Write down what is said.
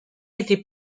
été